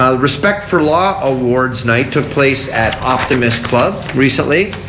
um respect for law awards night took place at optimist club recently.